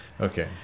Okay